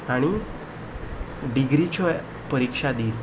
आनी डिग्रीच्यो परिक्षा दी